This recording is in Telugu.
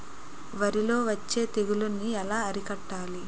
వరిలో వచ్చే తెగులని ఏలా అరికట్టాలి?